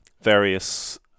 various